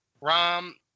Rom